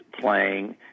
playing